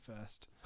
first